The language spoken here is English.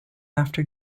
after